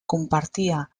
compartia